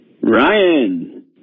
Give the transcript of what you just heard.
Ryan